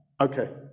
Okay